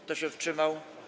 Kto się wstrzymał?